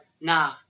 nah